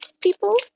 people